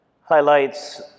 highlights